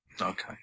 Okay